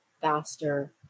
faster